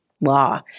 law